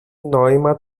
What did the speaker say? νόημα